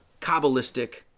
Kabbalistic